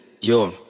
yo